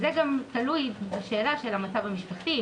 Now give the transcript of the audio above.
זה גם תלוי בשאלת המצב המשפחתי,